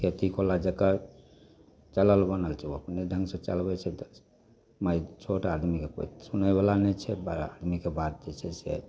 खेती कोला जकर चलल बनल छै ओ अपने ढङ्ग से चलबै छै तऽ मारि छोटा आदमीके केओ सुनै बला नहि छै बड़ा आदमीके बात होइ छै से